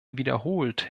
wiederholt